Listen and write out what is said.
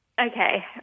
Okay